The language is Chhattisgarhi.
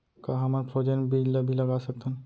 का हमन फ्रोजेन बीज ला भी लगा सकथन?